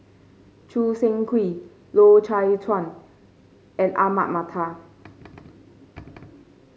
Choo Seng Quee Loy Chye Chuan and Ahmad Mattar